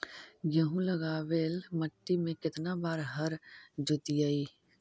गेहूं लगावेल मट्टी में केतना बार हर जोतिइयै?